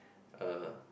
uh